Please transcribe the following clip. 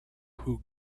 who